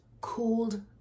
cooled